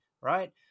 right